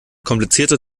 komplizierter